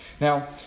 Now